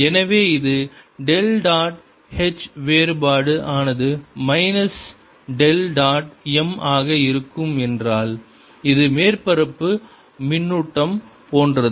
எனவே இது del dot h வேறுபாடு ஆனது மைனஸ் டெல் டாட் m ஆக இருக்கும் என்றால் இது மேற்பரப்பு மின்னூட்டம் போன்றது